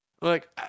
Look